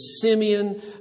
Simeon